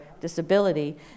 disability